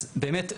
אז באמת,